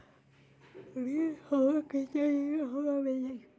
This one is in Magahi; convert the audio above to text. ऋण हमर केतना दिन मे हमरा मील जाई?